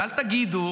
ואל תגידו